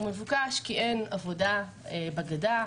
הוא מבוקש כי אין עבודה בגדה,